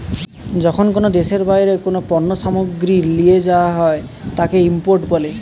যখন কোনো দেশের বাইরে কোনো পণ্য সামগ্রীকে লিয়ে যায়া হয় তাকে ইম্পোর্ট বলে